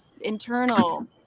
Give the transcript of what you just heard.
internal